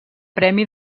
premi